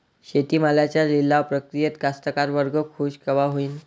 शेती मालाच्या लिलाव प्रक्रियेत कास्तकार वर्ग खूष कवा होईन?